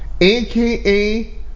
aka